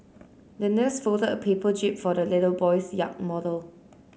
the nurse folded a paper jib for the little boy's yacht model